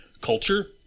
culture